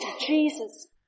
Jesus